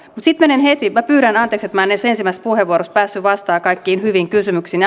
mutta sitten menen heti minä pyydän anteeksi että en ensimmäisessä puheenvuorossa päässyt vastaamaan kaikkiin hyviin kysymyksiin